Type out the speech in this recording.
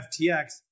FTX